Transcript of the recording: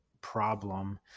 problem